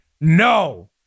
No